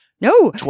No